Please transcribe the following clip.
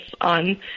on